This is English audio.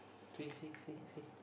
see see see see